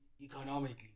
economically